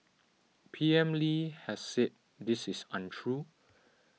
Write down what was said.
P M Lee has said this is untrue